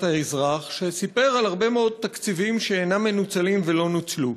האזרח שסיפר על הרבה מאוד תקציבים שאינם מנוצלים ולא נוצלו.